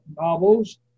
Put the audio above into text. novels